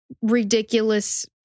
ridiculous